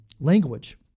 language